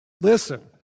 Listen